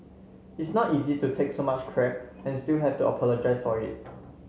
it's not easy to take so much crap and still have to apologise for it